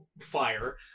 fire